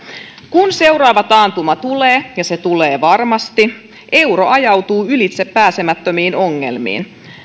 kun seuraava taantuma tulee ja se tulee varmasti euro ajautuu ylitsepääsemättömiin ongelmiin